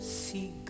see